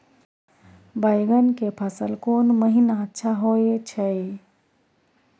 बैंगन के फसल कोन महिना अच्छा होय छै?